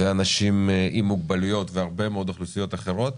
אנשים עם מוגבלויות והרבה מאוד אוכלוסיות אחרות.